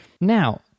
Now